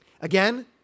Again